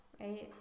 right